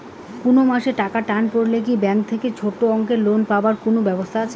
কুনো মাসে টাকার টান পড়লে কি ব্যাংক থাকি ছোটো অঙ্কের লোন পাবার কুনো ব্যাবস্থা আছে?